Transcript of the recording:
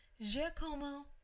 Giacomo